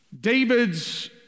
David's